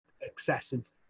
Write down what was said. excessive